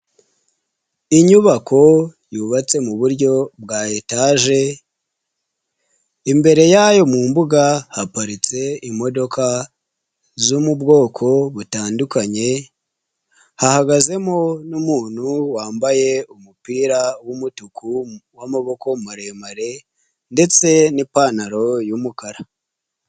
Inyubako yubatse mu buryo bwa etaje, imbere yayo mu mbuga haparitse imodoka zo mu bwoko butandukanye, hahagazemo n'umuntu wambaye umupira w'umutuku w'amaboko maremare ndetse n'ipantaro y'umukara.